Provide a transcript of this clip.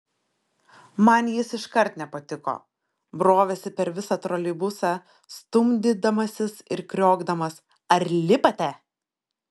man jis iškart nepatiko brovėsi per visą troleibusą stumdydamasis ir kriokdamas ar lipate